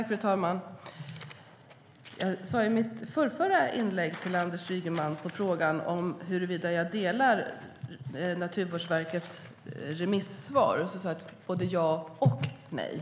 Fru talman! I mitt förrförra inlägg sade jag till Anders Ygeman, som svar på frågan om jag delar Naturvårdsverkets remissvar: Både ja och nej.